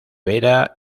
vera